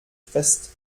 fest